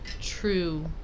true